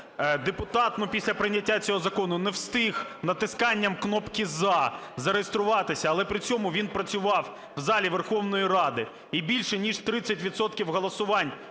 депутат після прийняття цього закону не встиг натисканням кнопки "за" зареєструватися, але при цьому він працював в залі Верховної Ради і більше ніж 30 відсотків